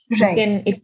Right